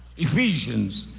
ephesians.